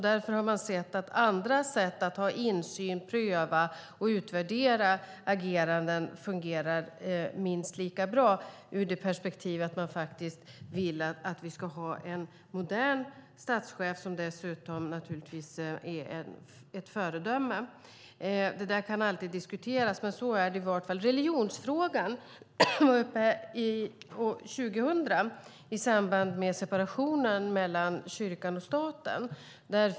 Därför har man sett att andra sätt att ha insyn, pröva och utvärdera ageranden fungerar minst lika bra ur perspektivet att man faktiskt vill att vi ska ha en modern statschef som dessutom är ett föredöme. Det där kan alltid diskuteras, men så är det i alla fall. Religionsfrågan var uppe år 2000 i samband med separationen mellan kyrkan och staten.